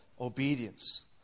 obedience